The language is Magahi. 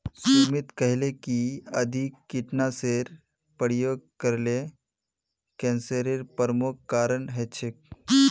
सुमित कहले कि अधिक कीटनाशेर प्रयोग करले कैंसरेर प्रमुख कारण हछेक